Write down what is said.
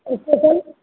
special